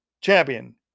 champion